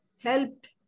helped